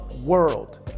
world